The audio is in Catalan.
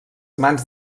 mans